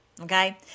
Okay